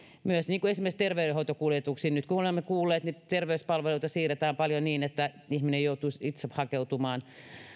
myös esimerkiksi terveydenhoitokuljetuksiin niin kuin olemme kuulleet terveyspalveluita siirretään paljon niin että ihminen joutuisi itse hakeutumaan